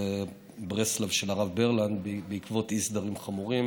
ברסלב של הרב ברלנד בעקבות אי-סדרים חמורים,